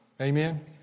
Amen